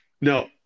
No